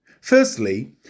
Firstly